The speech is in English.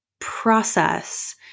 process